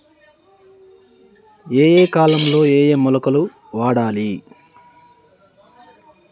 ఏయే కాలంలో ఏయే మొలకలు వాడాలి?